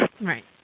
Right